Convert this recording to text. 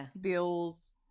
bills